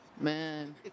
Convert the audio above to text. man